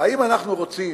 האם אנחנו רוצים